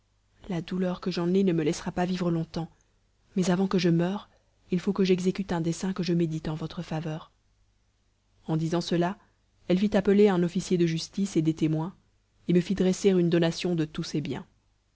la douleur que j'en ai ne me laissera pas vivre longtemps mais avant que je meure il faut que j'exécute un dessein que je médite en votre faveur en disant cela elle fit appeler un officier de justice et des témoins et me fit dresser une donation de tous ses biens